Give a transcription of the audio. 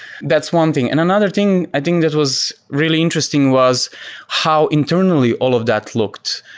that's one thing. and another thing i think that was really interesting was how internally all of that looked.